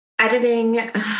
Editing